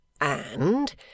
And